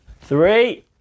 three